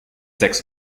sechs